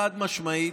חד-משמעית.